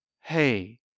Hey